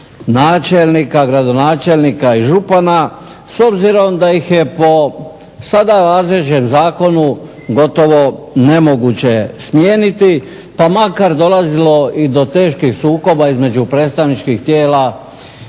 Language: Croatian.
načelnika, gradonačelnika i župana s obzirom da ih je po sada važećem zakonu gotovo nemoguće smijeniti pa makar dolazilo i do teških sukoba između predstavničkih tijela